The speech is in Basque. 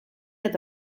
eta